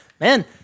man